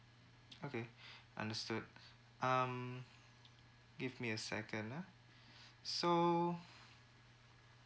okay understood um give me a second ah so